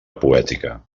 poètica